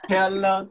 Hello